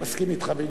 מסכים אתך בעניין.